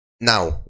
Now